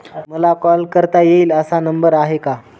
मला कॉल करता येईल असा नंबर आहे का?